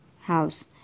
house